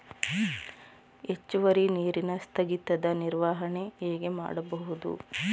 ಹೆಚ್ಚುವರಿ ನೀರಿನ ಸ್ಥಗಿತದ ನಿರ್ವಹಣೆ ಹೇಗೆ ಮಾಡಬಹುದು?